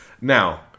Now